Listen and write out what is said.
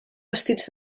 vestits